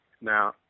now